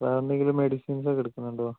വേറെയെന്തെങ്കിലും മെഡിസിൻസൊക്കെ എടുക്കുന്നുണ്ടോ